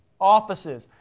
Offices